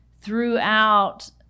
throughout